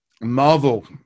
marvel